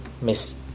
Miss